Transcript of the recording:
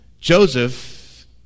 Joseph